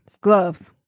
gloves